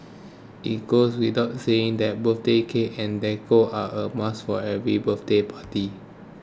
it goes without saying that birthday cakes and decor are a must for every birthday party